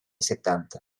settanta